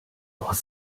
aus